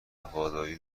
وفاداری